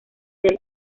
del